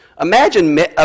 Imagine